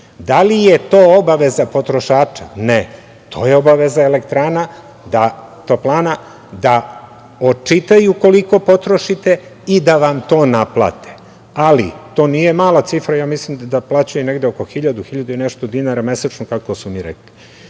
Da li je to obaveza potrošača, ne, već je to obaveza elektrana, toplana da očitaju koliko potrošite, i da vam to naplate. Ali to nije mala cifra, mislim da plaćaju negde oko 1000 i nešto dinara mesečno, i tome mora